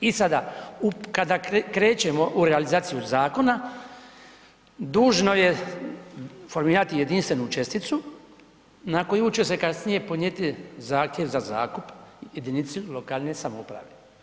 I sada kada krećemo u realizaciju zakona, dužno je formirati jedinstvenu česticu na koju će se kasnije podnijeti zahtjev za zakup jedinici lokalne samouprave.